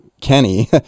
kenny